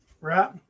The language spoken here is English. Right